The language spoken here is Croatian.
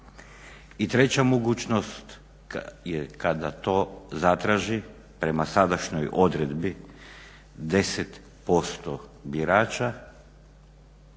I treća mogućnost je kada to zatraži, prema sadašnjoj odredbi, 10% birača